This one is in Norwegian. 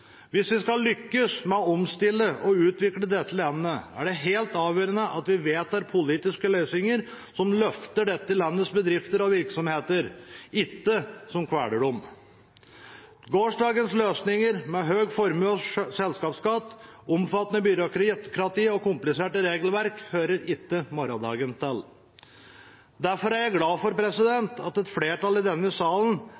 Hvis vi skal lykkes med å omstille og utvikle dette landet, er det helt avgjørende at vi vedtar politiske løsninger som løfter bedrifter og virksomheter, ikke kveler dem. Gårsdagens løsninger, med høy formues- og selskapsskatt, omfattende byråkrati og komplisert regelverk, hører ikke morgendagen til. Derfor er jeg glad for